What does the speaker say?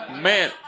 Man